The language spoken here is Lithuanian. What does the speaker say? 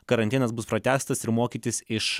karantinas bus pratęstas ir mokytis iš